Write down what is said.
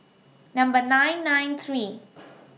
Number nine nine three